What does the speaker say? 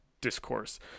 discourse